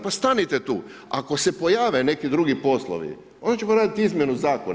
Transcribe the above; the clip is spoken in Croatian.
Pa stanite tu, ako se pojave neki drugi poslovi onda ćemo radit izmjenu zakona.